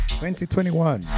2021